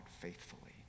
faithfully